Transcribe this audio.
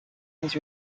his